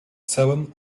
seven